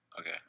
Okay